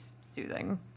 soothing